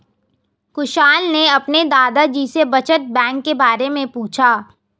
कुशल ने अपने दादा जी से बचत बैंक के बारे में पूछा